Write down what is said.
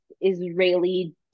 Israeli